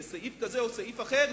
לסעיף כזה או סעיף אחר,